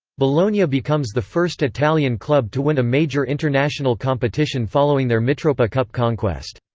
bologna becomes the first italian club to win a major international competition following their mitropa cup conquest.